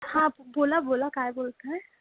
हां बोला बोला काय बोलत आहे